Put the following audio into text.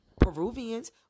Peruvians